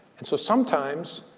and so, sometimes,